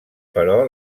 però